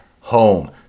home